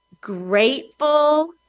grateful